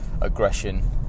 aggression